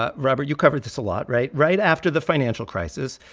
ah robert, you covered this a lot right? right after the financial crisis,